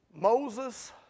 Moses